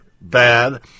bad